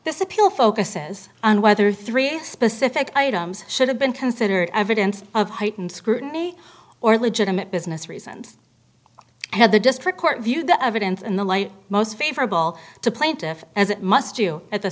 this appeal focuses on whether three specific items should have been considered evidence of heightened scrutiny or legitimate business reasons had the district court viewed the evidence in the light most favorable to plaintiff as it must you at the